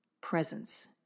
presence